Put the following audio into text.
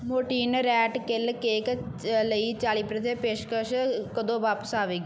Mortein rat kill cake ਲਈ ਚਾਲ੍ਹੀ ਪਰ ਪੇਸ਼ਕਸ਼ ਕਦੋਂ ਵਾਪਸ ਆਵੇਗੀ